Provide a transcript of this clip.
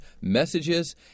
messages